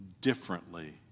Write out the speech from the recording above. differently